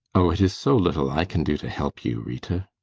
oh, it is so little i can do to help you, rita.